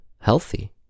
healthy